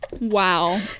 Wow